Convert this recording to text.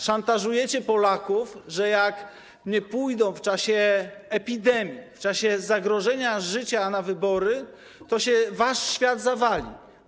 Szantażujecie Polaków, że jak nie pójdą w czasie epidemii, w czasie zagrożenia życia na wybory, to się wasz świat zawali.